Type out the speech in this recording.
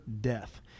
death